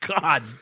God